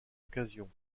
occasion